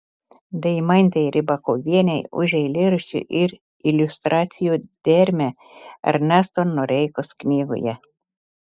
deimantei rybakovienei už eilėraščių ir iliustracijų dermę ernesto noreikos knygoje